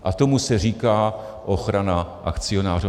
A tomu se říká ochrana akcionářů.